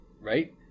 right